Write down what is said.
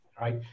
right